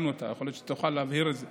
יכול להיות שתוכל להבהיר את זה.